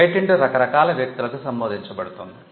patent రకరకాల వ్యక్తులకు సంబోధించబడుతుంది